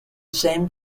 same